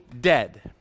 dead